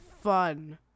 fun